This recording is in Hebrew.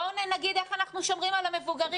בואו נגיד איך אנחנו שומרים על המבוגרים,